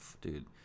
dude